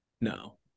No